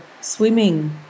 swimming